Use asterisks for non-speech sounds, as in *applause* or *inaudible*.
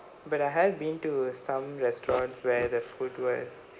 but I had been to some restaurants where the food was *breath*